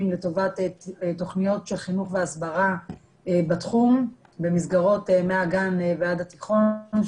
לטובת תוכניות חינוך והסברה בתחום במסגרות מהגן עד התיכון.